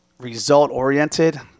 Result-oriented